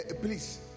Please